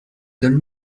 donne